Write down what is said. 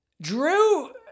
Drew